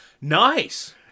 Nice